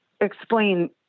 explain